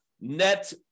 net